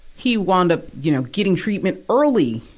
he wound up, you know, getting treatment early,